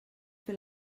fer